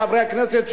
חברי הכנסת,